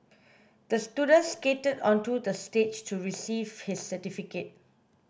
the student skated onto the stage to receive his certificate